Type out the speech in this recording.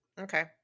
Okay